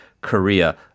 korea